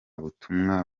butumwa